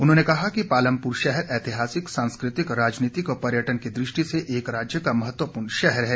उन्होंने कहा कि पालमपुर शहर ऐतिहासिक सांस्कृतिक राजनीतिक व पर्यटन की दृष्टि से राज्य का एक महत्वपूर्ण शहर है